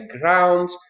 ground